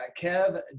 Kev